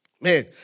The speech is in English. Man